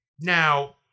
now